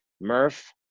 Murph